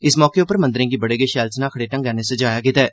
इस मौके उप्पर मंदरें गी बड़े गै शैल स्नाकड़े ढंग्गै कन्नै सजाया गेदा ऐ